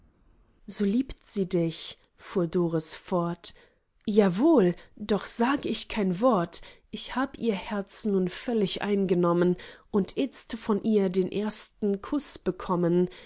so liebt sie dich fuhr doris fort jawohl doch sage ich kein wort ich hab ihr herz nun völlig eingenommen und itzt von ihr den ersten kuß bekommen